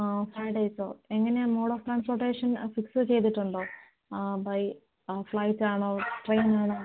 ആ ആ ഡേയ്സോ എങ്ങനെയാണ് മോഡ് ഓഫ് ട്രാൻസ്പോർട്ടേഷൻ ഫിക്സ് ചെയ്തിട്ട് ഉണ്ടോ ആ ബൈ ഫ്ലൈറ്റാണോ ട്രെയിനാണോ